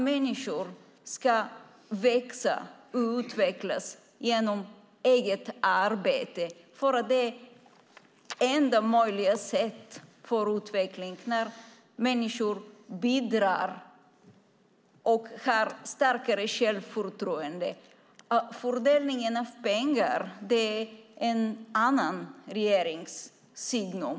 Människor ska växa och utvecklas genom eget arbete. Det är det enda möjliga sättet för utveckling att människor bidrar och har starkare självförtroende. Fördelningen av pengar är en annan regerings signum.